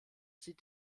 sie